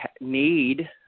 need